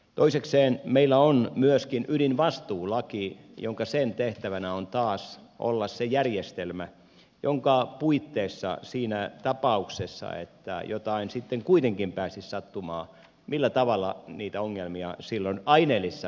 toisekseen meillä on myöskin ydinvastuulaki jonka tehtävänä taas on olla se järjestelmä jonka puitteissa siinä tapauksessa että jotain sitten kuitenkin pääsisi sattumaan niitä ongelmia silloin aineellisessa mielessä hoidetaan